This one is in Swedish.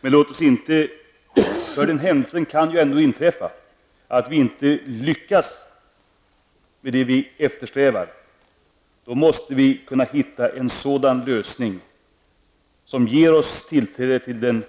Men om vi inte lyckas med det vi eftersträvar -- för det kan ju ändå inträffa -- måste vi kunna hitta en lösning som ger oss tillträde till den